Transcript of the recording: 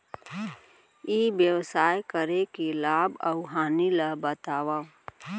ई व्यवसाय करे के लाभ अऊ हानि ला बतावव?